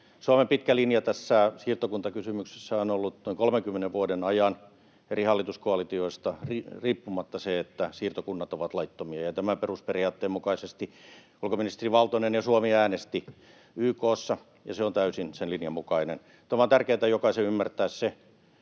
Suomen pitkä linja tässä siirtokuntakysymyksessä on ollut noin 30 vuoden ajan eri hallituskoalitioista riippumatta se, että siirtokunnat ovat laittomia. Tämän perusperiaatteen mukaisesti ulkoministeri Valtonen ja Suomi äänesti YK:ssa, ja se on täysin sen linjan mukainen. On tärkeätä jokaisen ymmärtää se,